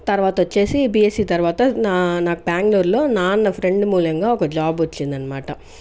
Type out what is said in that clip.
తర్వాత వచ్చేసి బీఎస్సీ తర్వాత నా నాకు బెంగుళూరులో నాన్న ఫ్రెండ్ మూల్యంగా ఒక జాబ్ వచ్చింది అనమాట